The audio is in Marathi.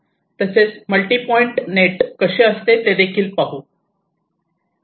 तसेच मल्टी पॉईंट नेट कसे असते ते देखील पाहू